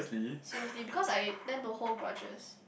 seriously because I tend to hold grudges